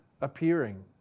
appearing